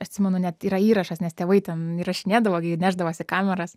atsimenu net yra įrašas nes tėvai ten įrašinėdavo gi nešdavosi kameras